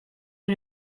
est